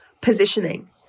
positioning